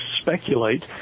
speculate